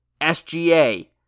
SGA